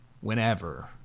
whenever